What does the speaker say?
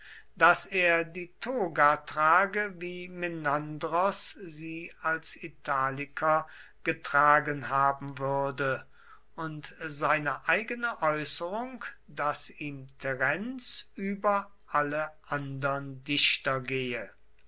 daß er die toga trage wie menandros sie als italiker getragen haben würde und seine eigene äußerung daß ihm terenz über alle andern dichter gehe